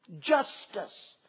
Justice